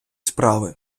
справи